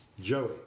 Joey